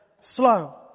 Slow